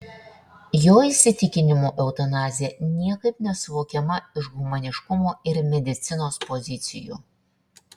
jo įsitikinimu eutanazija niekaip nesuvokiama iš humaniškumo ir medicinos pozicijų